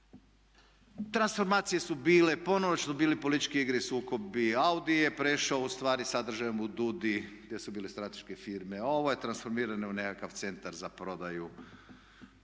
Transformacije su bile, ponovno su bile političke igre i sukobi, AUDI je prešao u stvari sadržajem u DUDI gdje su bile strateške firme. Ovo je transformirano u nekakav Centar za prodaju.